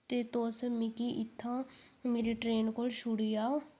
ते तुस मिगी इत्थैं मेरी ट्रेन कोल छोड़ी आओ